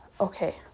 okay